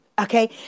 Okay